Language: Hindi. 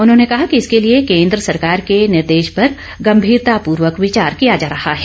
उन्होंने कहा कि इसके लिए केंद्र सरकार के निर्देश पर गंभीरतापूर्वक विचार किया जा रहा है